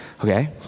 okay